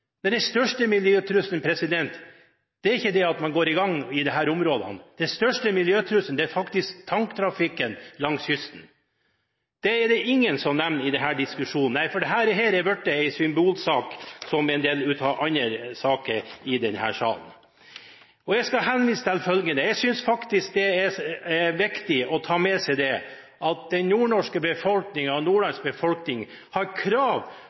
den biten, og ikke snakke om åpning. Den største miljøtrusselen er ikke at man går i gang i disse områdene. Den største miljøtrusselen er tanktrafikken langs kysten. Den er det ingen som nevner i denne diskusjonen – nei, for dette er blitt en symbolsak, som en del andre saker i denne salen. Jeg vil vise til at jeg faktisk synes det er viktig å ta med seg at den nordnorske befolkningen har krav